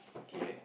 okay